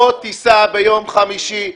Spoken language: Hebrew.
בוא תיסע ביום חמישי,